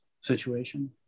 situation